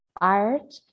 art